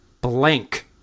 blank